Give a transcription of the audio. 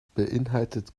beinhaltet